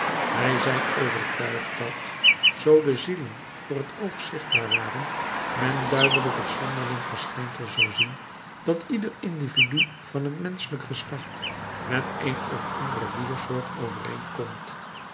wij zijn overtuigd dat zoo de zielen voor het oog zichtbaar waren men duidelijk het zonderling verschijnsel zou zien dat ieder individu van het menschelijk geslacht met een of andere diersoort overeenkomt